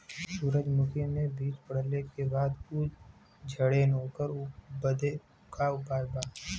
सुरजमुखी मे बीज पड़ले के बाद ऊ झंडेन ओकरा बदे का उपाय बा?